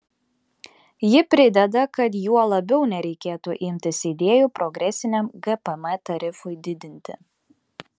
ji prideda kad juo labiau nereikėtų imtis idėjų progresiniam gpm tarifui didinti